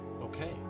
Okay